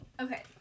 Okay